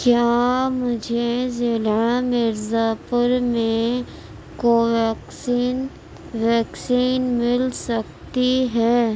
کیا مجھے ضلع مرزا پور میں کوویکسین ویکسین مل سکتی ہے